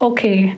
Okay